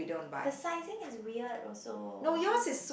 the sizing is weird also